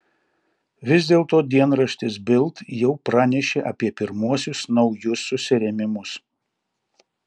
vis dėlto dienraštis bild jau pranešė apie pirmuosius naujus susirėmimus